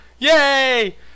Yay